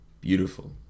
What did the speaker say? beautiful